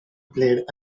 played